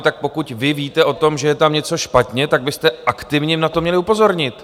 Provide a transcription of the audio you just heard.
Tak pokud vy víte o tom, že je tam něco špatně, tak byste aktivně na to měli upozornit.